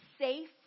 safe